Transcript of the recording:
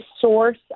source